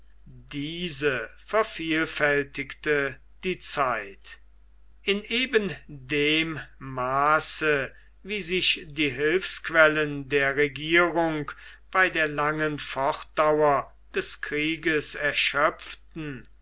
diese vervielfältigte die zeit in eben dem maße wie sich die hilfsquellen der regierung bei der langen fortdauer des krieges erschöpften